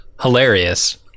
hilarious